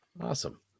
awesome